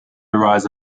rise